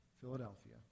Philadelphia